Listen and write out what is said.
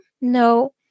no